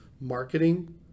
marketing